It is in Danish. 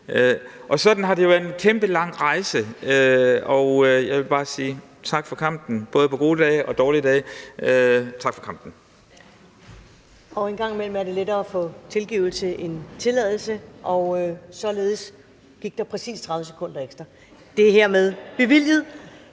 Sådan har det jo været en kæmpe lang rejse, og jeg vil bare sige tak for kampen både på gode dage og dårlige dage. Tak for kampen! Kl. 15:52 Første næstformand (Karen Ellemann): En gang imellem er det lettere at få tilgivelse end tilladelse, og således gik der præcis 30 sekunder ekstra. Det er hermed bevilget.